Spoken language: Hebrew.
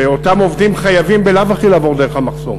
שאותם עובדים חייבים בלאו הכי לעבור דרך המחסום